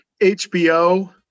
HBO